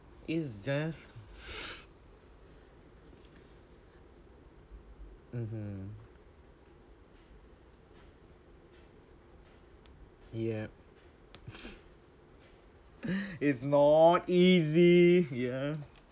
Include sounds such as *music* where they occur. it's just *breath* mmhmm yep *breath* it's not easy ya